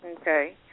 Okay